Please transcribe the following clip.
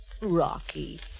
Rocky